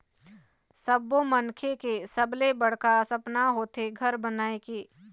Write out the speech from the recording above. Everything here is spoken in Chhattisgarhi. सब्बो मनखे के सबले बड़का सपना होथे घर बनाए के